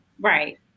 Right